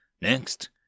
Next